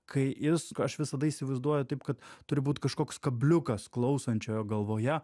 kai jis aš visada įsivaizduoju taip kad turi būt kažkoks kabliukas klausančiojo galvoje